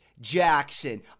Jackson